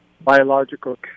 biological